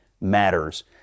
matters